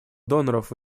доноров